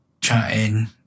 chatting